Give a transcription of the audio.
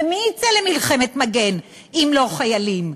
ומי יצא למלחמת מגן אם לא חיילים?